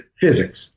physics